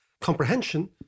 comprehension